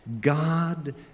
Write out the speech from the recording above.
God